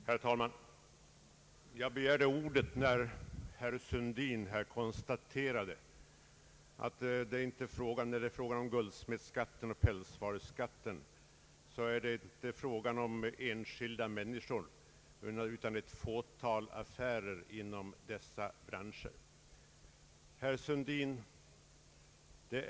Herr talman! Jag begärde ordet när herr Sundin påstod att frågan om guldsmedsskatten och pälsvaruskatten inte gäller enskilda människor, utan ett fåtal affärer inom dessa branscher. Herr Sundin!